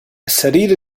السرير